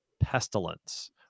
pestilence